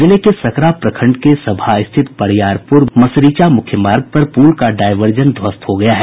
जिले के सकरा प्रखंड के सबहा स्थित बरियारपुर मसरिचा मुख्य मार्ग पर पुल का डायवर्जन ध्वस्त हो गया है